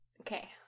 Okay